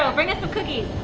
ah bring us some cookies.